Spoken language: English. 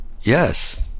yes